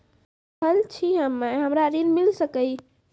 पढल छी हम्मे हमरा ऋण मिल सकई?